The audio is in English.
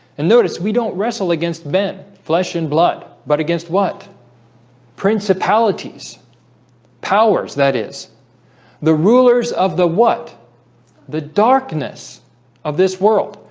and notice, we don't wrestle against men flesh and blood but against what principalities powers that is the rulers of the what the darkness of this world.